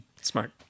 Smart